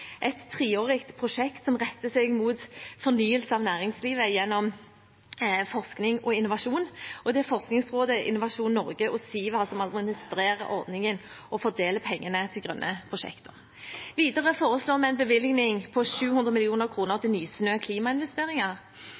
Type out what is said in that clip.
et treårig prosjekt som retter seg mot fornyelse av næringslivet gjennom forskning og innovasjon. Det er Forskningsrådet, Innovasjon Norge og Siva som administrerer ordningen og fordeler pengene til grønne prosjekter. Videre foreslår vi en bevilgning på 700 mill. kr til Nysnø klimainvesteringer.